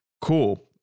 cool